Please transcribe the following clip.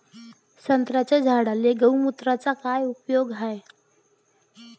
संत्र्याच्या झाडांले गोमूत्राचा काय उपयोग हाये?